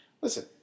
Listen